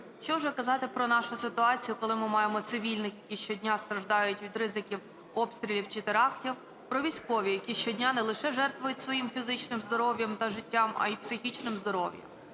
що вже казати про нашу ситуацію, коли ми маємо цивільних, які щодня страждають від ризиків обстрілів чи терактів, про військових, які щодня не лише жертвують своїм фізичним здоров'ям та життям, а й психічним здоров'ям.